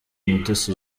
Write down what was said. mutesi